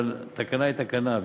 אבל התקנה היא תקנה,